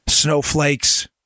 snowflakes